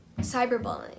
cyberbullying